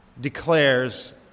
declares